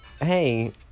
Hey